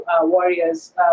warriors